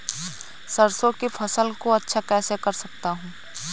सरसो की फसल को अच्छा कैसे कर सकता हूँ?